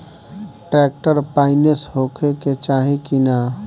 Tractor पाईनेस होखे के चाही कि ना?